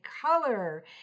color